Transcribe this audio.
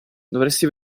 dovresti